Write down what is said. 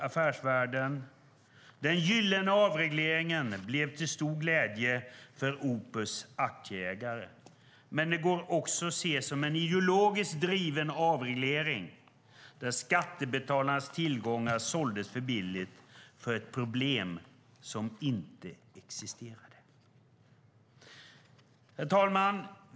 Affärsvärlden skrev att den gyllene avregleringen blev till stor glädje för Opus aktieägare men att den också går att se som en ideologiskt driven avreglering där skattebetalarnas tillgångar såldes för billigt för att lösa ett problem som inte existerade. Herr talman!